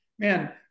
man